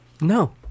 No